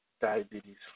Diabetes